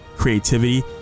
creativity